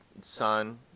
sun